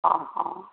ହଁ ହଁ